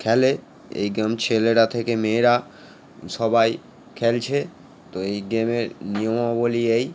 খেলে এই গেম ছেলেরা থেকে মেয়েরা সবাই খেলছে তো এই গেমের নিয়মাবলি এই